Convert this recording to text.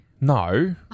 No